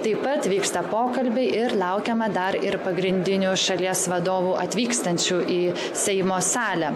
taip pat vyksta pokalbiai ir laukiama dar ir pagrindinių šalies vadovų atvykstančių į seimo salę